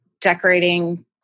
decorating